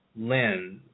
lens